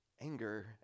Anger